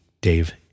Dave